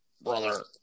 Brother